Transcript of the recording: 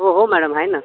हो हो मॅळम आहे ना